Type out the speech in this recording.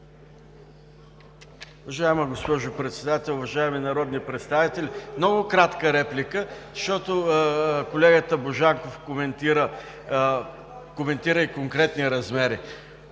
Уважаема госпожо Председател, уважаеми народни представители! Много кратка реплика, защото колегата Божанков коментира и конкретни размери.